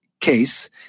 case